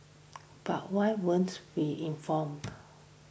but why weren't we informed